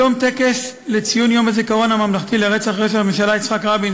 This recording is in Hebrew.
בתום טקס לציון יום הזיכרון הממלכתי לראש הממשלה יצחק רבין,